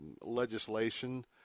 legislation